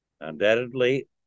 Undoubtedly